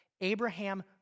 Abraham